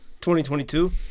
2022